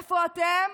איפה אתם